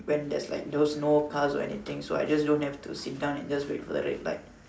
when there's like those no cars or anything so I just don't have to just sit down and wait for the red light